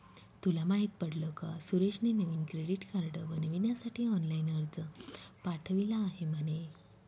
तुला माहित पडल का सुरेशने नवीन क्रेडीट कार्ड बनविण्यासाठी ऑनलाइन अर्ज पाठविला आहे म्हणे